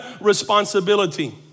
responsibility